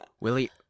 Willie